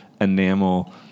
enamel